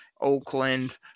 Oakland